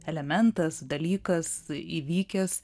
elementas dalykas įvykęs